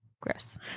Gross